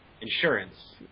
Insurance